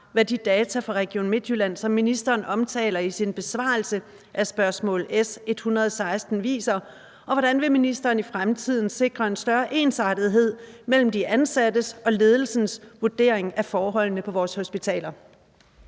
hvad de data fra Region Midtjylland, som ministeren omtaler i sin besvarelse af spørgsmål nr. S 116, viser, og hvordan vil ministeren i fremtiden sikre en større ensartethed mellem de ansattes og ledelsens vurdering af forholdene på vores hospitaler?